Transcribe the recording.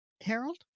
harold